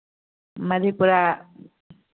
Madhepura